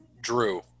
Drew